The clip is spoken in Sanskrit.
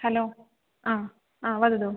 हलो आ आ वदतु